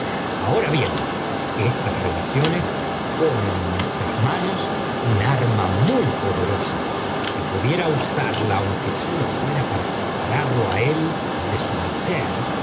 ahora bien estas relaciones ponen en nuestras manos un arma muy poderosa si pudiera usarla aunque sólo fuera para separarlo a el do su mujer